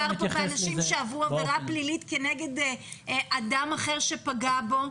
לא מדובר כאן באנשים שעברו עבירה פלילית כנגד אדם אחר שפגע בהם.